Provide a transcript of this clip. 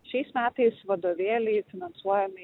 šiais metais vadovėliai finansuojami